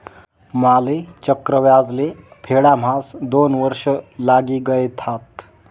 माले चक्रव्याज ले फेडाम्हास दोन वर्ष लागी गयथात